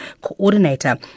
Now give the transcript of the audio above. coordinator